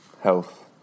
health